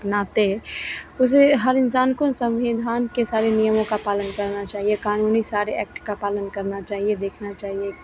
नाते वैसे हर इंसान को संविधान के सारे नियमों का पालन करना चाहिए कानूनी सारे ऐक्ट का पालन करना चाहिए देखना चाहिए